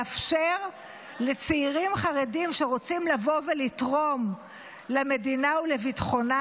לאפשר לצעירים חרדים שרוצים לבוא ולתרום למדינה ולביטחונה,